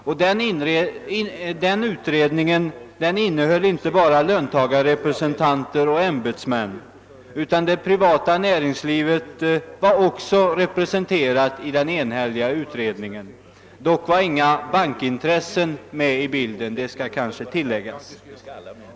Och denna utredning innehöll inte bara löntagarrepresentanter och ämbetsmän, utan det privata näringslivet var också representerat. Dock var inga bankintressen representerade, vilket kanske bör tilläggas.